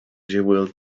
jewel